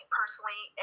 personally